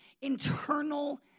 internal